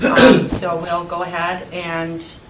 so, we'll go ahead and,